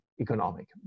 economic